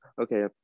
Okay